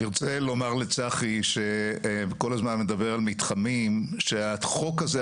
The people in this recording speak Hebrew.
אני רוצה לומר לצחי שכל הזמן מדבר על מתחמים שהחוק הזה,